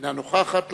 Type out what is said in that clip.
אינה נוכחת,